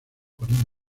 con